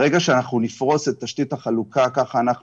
ברגע שאנחנו נפרוס את תשתית החלוקה ככה אנחנו